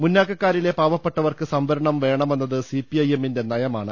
മുന്നാക്കക്കാരിലെ പാവപ്പെട്ടവർക്ക് സംവരണം വേണമെന്നത് സിപിഐഎമ്മിന്റെ നയമാണ്